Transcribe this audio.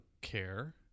care